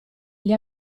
gli